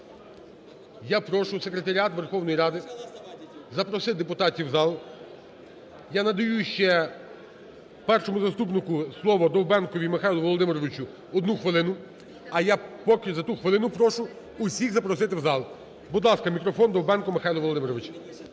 Я прошу секретаріат Верховної Ради запросити депутатів у зал. Я надаю ще першому заступнику слово Довбенкові Михайлу Володимировичу, 1 хвилину. А я поки за ту хвилину прошу всіх запросити в зал. Будь ласка, мікрофон Довбенку Михайлу Володимировичу.